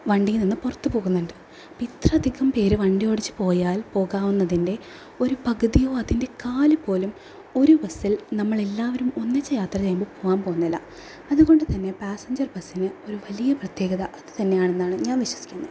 വണ്ടിയിൽ നിന്ന് പുറത്ത് പോകുന്നുണ്ട് അപ്പം ഇത്ര അധികം പേർ വണ്ടിയോടിച്ച് പോയാൽ പോകാവുന്നതിൻ്റെ ഒരു പകുതിയോ അതിൻ്റെ കാൽ പോലും ഒരു ബസ്സിൽ നമ്മൾ എല്ലാവരും ഒന്നിച്ച് യാത്ര ചെയ്യുമ്പോൾ പോകാൻ പോകുന്നില്ല അതുകൊണ്ട് തന്നെ പാസഞ്ചർ ബസ്സിന് ഒരു വലിയ പ്രത്യേകത അതുതന്നെ ആണെന്നാണ് ഞാൻ വിശ്വസിക്കുന്നത്